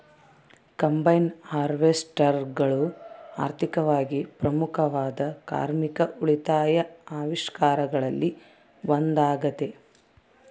combine ಹಾರ್ವೆಸ್ಟರ್ಗಳು ಆರ್ಥಿಕವಾಗಿ ಪ್ರಮುಖವಾದ ಕಾರ್ಮಿಕ ಉಳಿತಾಯ ಆವಿಷ್ಕಾರಗಳಲ್ಲಿ ಒಂದಾಗತೆ